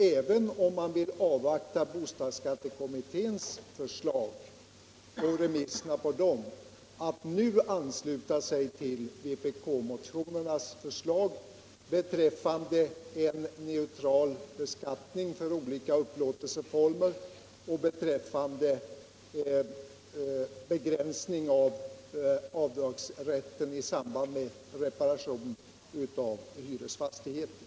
Även om man vill avvakta remissbehandlingen är det alltså konsekvent att nu ansluta sig till vpk-motionens förslag beträffande en neutral beskattning för olika upplåtelseformer och en begränsning av avdragsrätten i samband med reparation av hyresfastigheter.